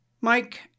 Mike